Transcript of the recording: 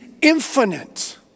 infinite